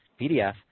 PDF